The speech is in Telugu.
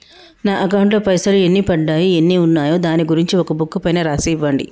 నా అకౌంట్ లో పైసలు ఎన్ని పడ్డాయి ఎన్ని ఉన్నాయో దాని గురించి ఒక బుక్కు పైన రాసి ఇవ్వండి?